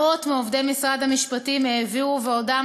מאות מעובדי משרד המשפטים העבירו ועודם